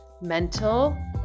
mental